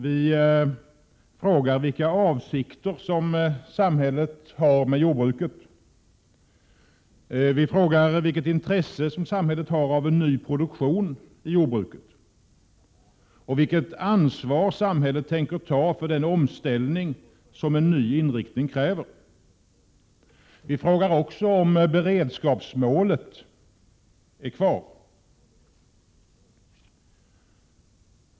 Vi frågar vilka avsikter som samhället har med jordbruket. Vi frågar vilket intresse samhället har av en ny produktion i jordbruket och vilket ansvar samhället tänker ta för den omställning som en ny inriktning kräver. Vi frågar också om beredskapsmålet är kvar.